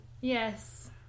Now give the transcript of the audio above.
Yes